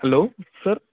hello sir